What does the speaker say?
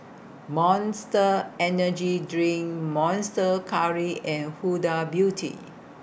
Monster Energy Drink Monster Curry and Huda Beauty